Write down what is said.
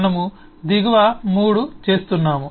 మనము దిగువ 3 చేస్తున్నాము